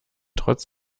trotz